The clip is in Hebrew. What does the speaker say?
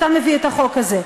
אתה מביא את החוק הזה.